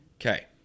Okay